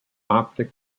optic